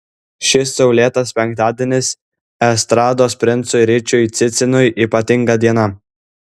šis saulėtas penktadienis estrados princui ryčiui cicinui ypatinga diena